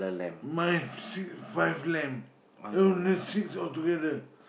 mine is six five lamb oh no six altogether